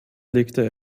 legte